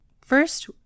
First